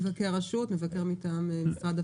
מבקר רשות, מבקר מטעם משרד הפנים.